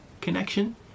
connection